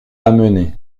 amené